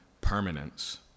permanence